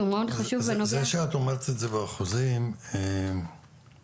זה שאת אומרת את זה באחוזים, בסדר.